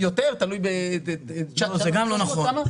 זה לא נכון.